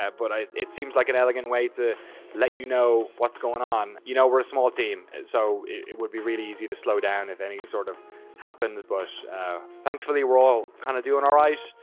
ah but it seems like an elegant way to let you know what's going on. you know, we're a small team so it would be really easy to slow down if anything sort of happens. but thankfully we're all kind of doing alright.